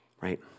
right